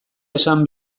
esan